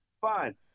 fine